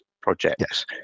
projects